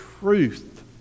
truth